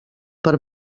per